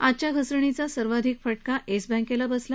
आजच्या घसरणीचा सर्वाधिक फटका एस बँकेला बसला